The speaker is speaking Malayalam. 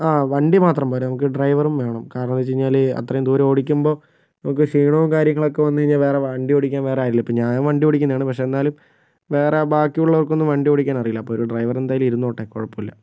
ആ വണ്ടി മാത്രം പോര നമുക്ക് ഡ്രൈവറും വേണം കാരണം എന്താന്ന് വച്ച് കഴിഞ്ഞാല് അത്രയും ദൂരം ഓടിക്കുമ്പോൾ നമുക്ക് ക്ഷീണവും കാര്യങ്ങളൊക്കെ വന്ന് കഴിഞ്ഞാൽ വേറെ വണ്ടി ഓടിക്കാൻ വേറെ ആരുമില്ല ഞാൻ വണ്ടി ഓടിക്കുന്നതാണ് പക്ഷെ എന്നാലും വേറെ ബാക്കിയുള്ളവർക്കൊന്നും വണ്ടി ഓടിക്കാനറിയില്ല അപ്പൊരു ഡ്രൈവറ് എന്തായാലും ഇരുന്നോട്ടെ കുഴപ്പമില്ല